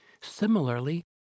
Similarly